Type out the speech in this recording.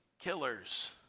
killers